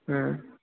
हँ